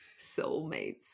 Soulmates